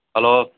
hello